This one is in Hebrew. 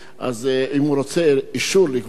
אם הוא רוצה אישור לגבות כסף,